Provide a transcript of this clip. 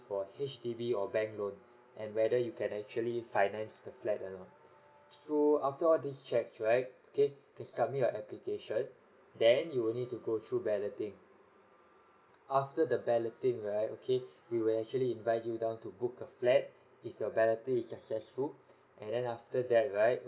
for a H_D_B or bank loan and whether you can actually finance the flat or not so after all these checks right okay you can submit your application then you will need to go through balloting after the balloting right okay we would actually invite you down to book a flat if your balloting is successful and then after that right